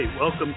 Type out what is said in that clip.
welcome